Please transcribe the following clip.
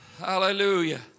Hallelujah